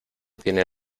tiene